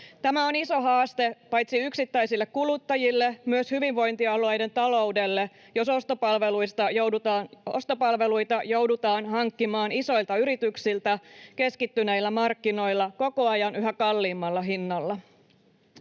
Tämä on iso haaste paitsi yksittäisille kuluttajille myös hyvinvointialueiden taloudelle, jos ostopalveluita joudutaan hankkimaan isoilta yrityksiltä keskittyneillä markkinoilla koko ajan yhä kalliimmalla hinnalla.